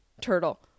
Turtle